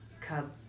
cub